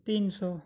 تین سو